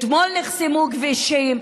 אתמול נחסמו כבישים,